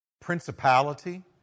principality